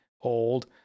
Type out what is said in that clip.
old